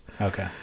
Okay